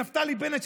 ונפתלי בנט,